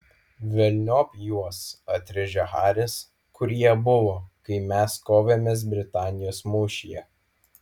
velniop juos atrėžė haris kur jie buvo kai mes kovėmės britanijos mūšyje